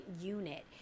unit